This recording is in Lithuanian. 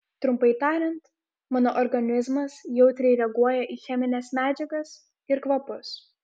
trumpai tariant mano organizmas jautriai reaguoja į chemines medžiagas ir kvapus